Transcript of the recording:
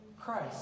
Christ